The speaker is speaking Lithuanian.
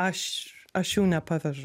aš aš jų nepavežu